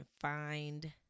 find